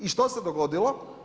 I što se dogodilo?